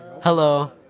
Hello